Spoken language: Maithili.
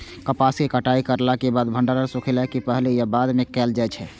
कपास के कटाई करला के बाद भंडारण सुखेला के पहले या बाद में कायल जाय छै?